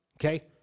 okay